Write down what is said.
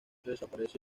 desaparece